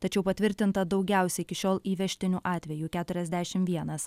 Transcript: tačiau patvirtinta daugiausia iki šiol įvežtinių atvejų keturiasdešim vienas